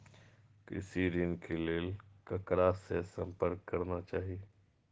कृषि ऋण के लेल ककरा से संपर्क करना चाही?